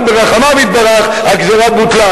רק ברחמיו יתברך הגזירה בוטלה,